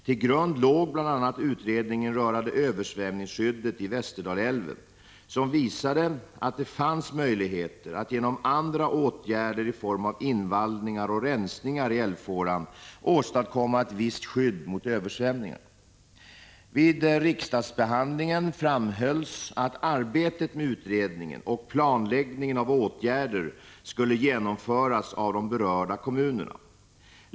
Till grund låg bl.a. utredningen rörande översvämningsskyddet i Västerdalälven som visade att det fanns möjligheter att genom andra åtgärder i form av invallningar och rensningar i älvfåran åstadkomma ett visst skydd mot översvämningarna. Vid riksdagsbehandlingen framhölls att arbetet med utredning och planläggning av åtgärder skulle genomföras av de berörda kommunerna.